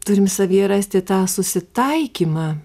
turim savyje rasti tą susitaikymą